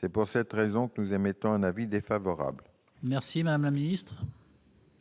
C'est pourquoi nous émettons un avis défavorable sur l'amendement.